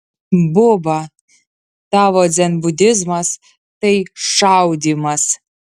buba tavo dzenbudizmas tai šaudymas